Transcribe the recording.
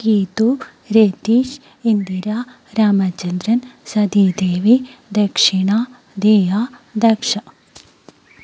Geethu Ratheesh Indira Ramachandran Sadeedevi Dakshina Diya Daksha